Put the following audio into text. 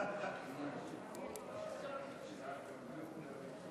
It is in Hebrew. כלו הקצין ויבשו